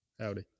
Howdy